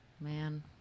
Man